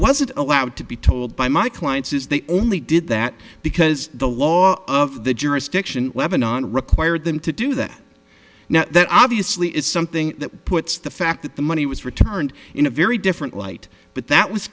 wasn't allowed to be told by my clients is they only did that because the law of the jurisdiction levanon required them to do that now that obviously is something that puts the fact that the money was returned in a very different light but that was